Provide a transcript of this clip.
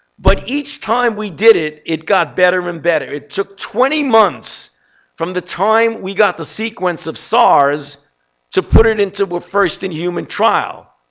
but each time we did it, it got better and better. it took twenty months from the time we got the sequence of sars to put it into a first in human trial.